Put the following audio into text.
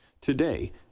Today